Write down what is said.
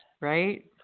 Right